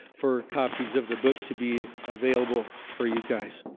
for copies of the book to be available for you guys.